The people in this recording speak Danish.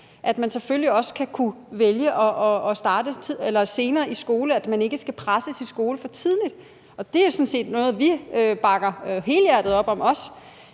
at man selvfølgelig også skal kunne vælge at starte senere i skole, og at man ikke skal presses i skole for tidligt. Det er sådan set noget, vi bakker helhjertet op om også.